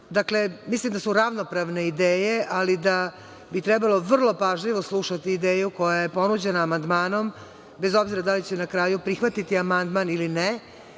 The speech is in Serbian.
zakona. Dakle, mislim da su ravnopravne ideje, ali da bi trebalo vrlo pažljivo slušati ideju koja je ponuđena amandmanom, bez obzira da li će na kraju prihvatiti amandman ili ne,